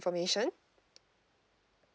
information